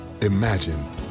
Imagine